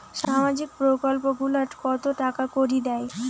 সামাজিক প্রকল্প গুলাট কত টাকা করি দেয়?